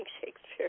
Shakespeare